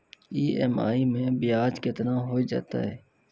EMI मैं ब्याज केतना हो जयतै?